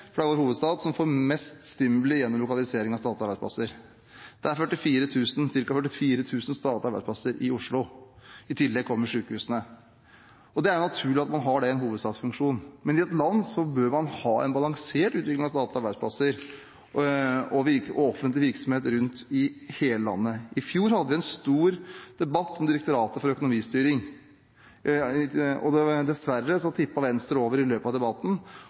for det er vår hovedstad – som får mest stimuli gjennom lokalisering av statlige arbeidsplasser. Det er ca. 44 000 statlige arbeidsplasser i Oslo. I tillegg kommer sykehusene. Det er naturlig at man har det i en hovedstadsfunksjon, men i et land bør man ha en balansert utvikling av statlige arbeidsplasser og offentlig virksomhet rundt i hele landet. I fjor hadde vi en stor debatt om Direktoratet for økonomistyring. Dessverre tippet Venstre over i løpet av debatten,